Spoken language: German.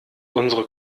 unsere